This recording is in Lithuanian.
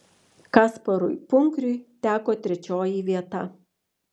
kasparui punkriui teko trečioji vieta